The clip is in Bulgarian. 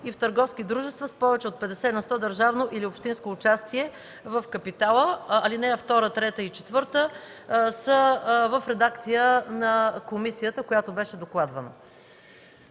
и в търговски дружества с повече от 50 на сто държавно или общинско участие в капитала.” Алинеи 2, 3 и 4 са в редакцията на комисията, която беше докладвана.